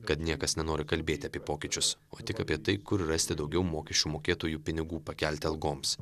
kad niekas nenori kalbėt apie pokyčius o tik apie tai kur rasti daugiau mokesčių mokėtojų pinigų pakelti algoms